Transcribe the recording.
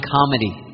Comedy